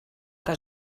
que